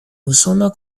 usono